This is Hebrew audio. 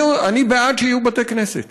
אני בעד שיהיו בתי כנסת,